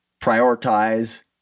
prioritize